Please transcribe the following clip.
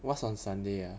what's on sunday ah